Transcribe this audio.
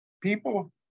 People